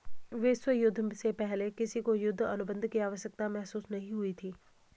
विश्व युद्ध से पहले किसी को युद्ध अनुबंध की आवश्यकता महसूस नहीं हुई थी